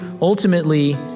ultimately